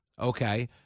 okay